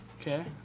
Okay